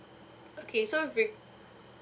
okay so with